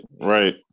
Right